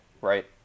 right